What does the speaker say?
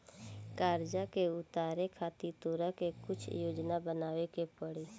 कर्जा के उतारे खातिर तोरा के कुछ योजना बनाबे के पड़ी